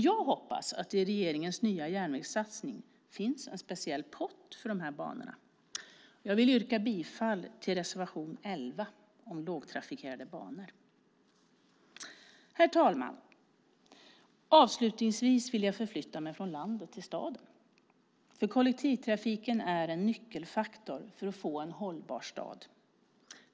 Jag hoppas att det i regeringens nya järnvägssatsning finns en speciell pott till dessa banor och vill yrka bifall till reservation 11 om lågtrafikerade banor. Avslutningsvis vill jag förflytta mig från landet till staden. Kollektivtrafiken är en nyckelfaktor för att få en hållbar stad.